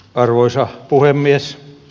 arvoisa puhemies